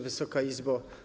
Wysoka Izbo!